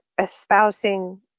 espousing